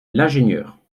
l’ingénieur